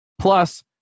Plus